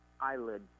eyelid